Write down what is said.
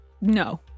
No